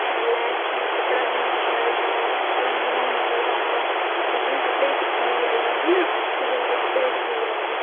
शैल लैस ही कपड़ा बी इन्ना शैल हा रंग बी निं निकलदा हा ते जि'यां कपड़े बिच बूर आई जंदी ना कुसै कुसै कपड़े च बूर औंदी